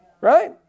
Right